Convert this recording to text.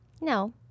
No